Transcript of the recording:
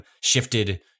shifted